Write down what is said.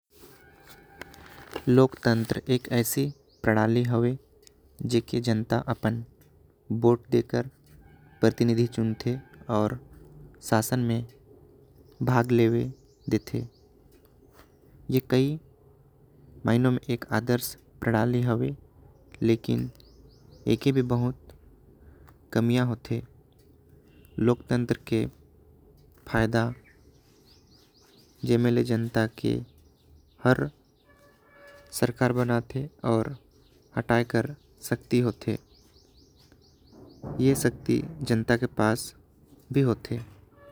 लोग तंत्र एक ऐसी प्रणाली होवे जेके जनता। अपन वोट देकर अपन प्रतिनिधि चुनते और शासन में भाग लेवे। देते ए कई मायनों में एक आदर्श प्रणाली हैवे। लेकिन एके भी बहुत कमियां होते लोक तंत्र के फ़ायदा जेमे ले। जनता के हर सरकार बनते और हटाए कर शक्ति होते। ए शक्ति जनता के पास भी होते।